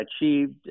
achieved